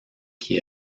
qui